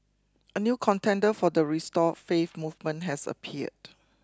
a new contender for the restore faith movement has appeared